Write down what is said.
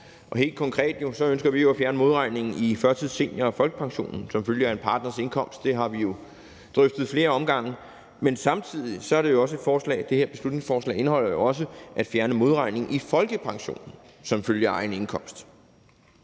Helt konkret ønsker vi at fjerne modregningen i førtids-, senior- og folkepensionen som følge af en partners indkomst. Det har vi jo drøftet i flere omgange. Men det her beslutningsforslag indeholder jo også et forslag om at fjerne modregningen i folkepensionen som følge af egen indkomst.